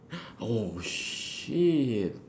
oh shit